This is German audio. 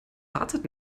wartet